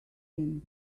him